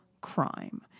crime